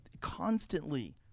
constantly